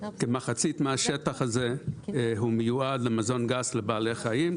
כמחצית מהשטח הזה הוא מיועד למזון גס לבעלי חיים,